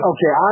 Okay